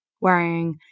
wearing